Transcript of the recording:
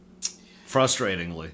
Frustratingly